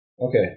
Okay